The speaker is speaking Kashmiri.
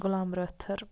غُلام رٲتھٕر